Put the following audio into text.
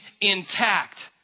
intact